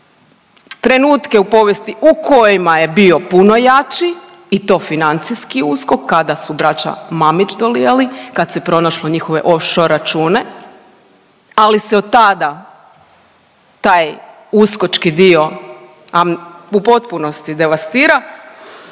trenutke u povijesti u kojima je bio puno jači i to financijski USKOK kada su braća Mamić dolijali, kad se pronašlo njihove offshore račune. Ali se od tada taj uskočki dio u potpunosti devastira